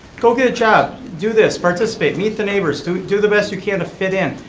go get a job, do this, participate, meet the neighbors, do do the best you can to fit in,